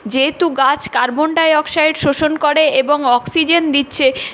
যেহেতু গাছ carbon dioxide শোষণ করে এবং অক্সিজেন দিচ্ছে